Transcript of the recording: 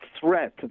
threat